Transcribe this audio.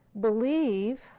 believe